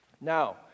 Now